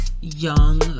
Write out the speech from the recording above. young